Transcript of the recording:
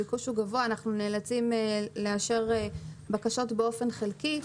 הביקוש גבוה ואנחנו נאלצים לאשר בקשות באופן חלקי.